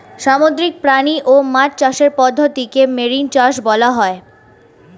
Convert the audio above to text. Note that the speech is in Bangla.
সামুদ্রিক প্রাণী ও মাছ চাষের পদ্ধতিকে মেরিন চাষ বলা হয়